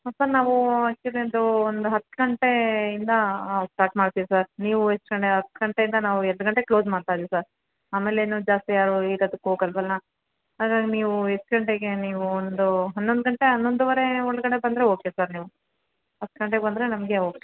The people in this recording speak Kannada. ಹಾಂ ಸರ್ ನಾವು ಆ್ಯಕ್ಚುಲಿ ಅದು ಒಂದು ಹತ್ತು ಗಂಟೆಯಿಂದಾ ಸ್ಟಾರ್ಟ್ ಮಾಡ್ತೀವಿ ಸರ್ ನೀವು ಎಷ್ಟು ಗಂಟೆ ಹತ್ತು ಗಂಟೆಯಿಂದ ನಾವು ಎರಡು ಗಂಟೆಗೆ ಕ್ಲೋಸ್ ಮಾಡ್ತಾ ಇದೀವಿ ಸರ್ ಆಮೇಲೆ ಏನು ಜಾಸ್ತಿ ಯಾರು ಇರೋದಕ್ಕ್ ಹೋಗಲ್ವಲ್ಲ ಆದರೆ ನೀವು ಎಷ್ಟು ಗಂಟೆಗೆ ನೀವು ಒಂದು ಹನ್ನೊಂದು ಗಂಟೆ ಹನ್ನೊಂದುವರೆ ಒಳಗಡೆ ಬಂದರೆ ಓಕೆ ಸರ್ ನೀವು ಹತ್ತು ಗಂಟೆಗೆ ಬಂದರೆ ನಮಗೆ ಓಕೆ